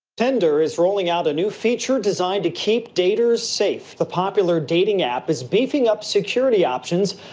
tinder is rolling out a new feature designed to keep daters safe. the popular dating app is beefing up security options,